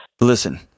Listen